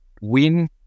win